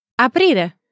Aprire